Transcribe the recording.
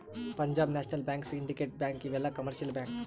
Punjab national bank syndicate bank ಇವೆಲ್ಲ commercial bank